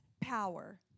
power